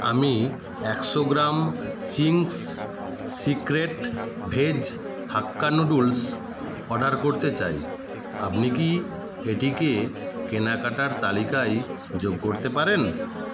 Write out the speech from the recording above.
আমি একশো gram Ching's secret veg hakka noodles order করতে চাই আপনি কি এটিকে কেনাকাটার তালিকায় যোগ করতে পারেন